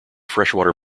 freshwater